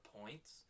points